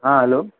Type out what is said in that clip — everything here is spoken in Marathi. हां हॅलो